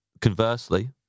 conversely